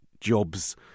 jobs